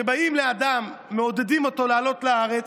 באים לאדם, מעודדים אותו לעלות לארץ,